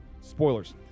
spoilers